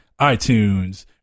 iTunes